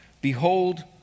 Behold